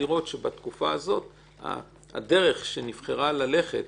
לראות שבתקופה הזאת הדרך שנבחרה ללכת